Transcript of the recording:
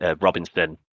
Robinson